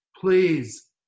Please